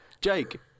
Jake